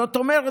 זאת אומרת,